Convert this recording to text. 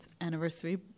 anniversary